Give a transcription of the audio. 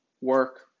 work